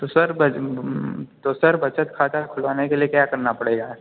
तो सर तो सर बचत खाता खुलवाने के लिए क्या करना पड़ेगा